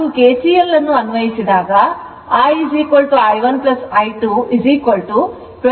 ಮತ್ತು KCL ಅನ್ನು ಅನ್ವಯಿಸಿದಾಗ I I 1 I 2 22